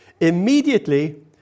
immediately